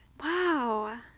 Wow